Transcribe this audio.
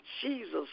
Jesus